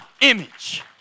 image